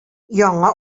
яңа